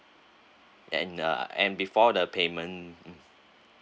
then uh and before the payment